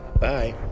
Bye